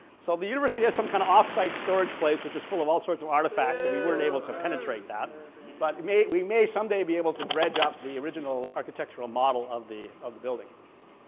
so the university has some kind of off-site storage place which is full of all sorts of artifacts and we weren't able to penetrate that but we may someday be able to dredge up the original architectural model of the of the building.